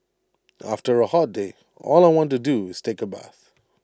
after A hot day all I want to do is take A bath